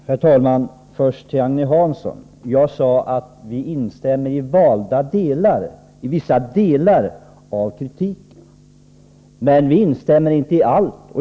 Herr talman! Först vill jag säga en sak till Agne Hansson. Jag sade att vi instämmer i kritiken i vissa delar. Men vi instämmer inte i allt.